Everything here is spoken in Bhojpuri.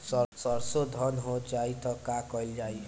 सरसो धन हो जाई त का कयील जाई?